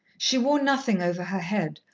she wore nothing over her head,